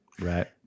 Right